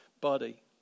body